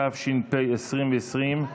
התש"ף 2020,